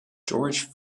george